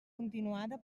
continuada